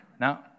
Now